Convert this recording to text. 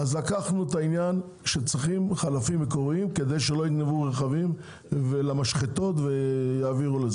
אז החלטנו על חלפים מקוריים כדי שלא יגנבו רכבים למשחטות ויעבירו.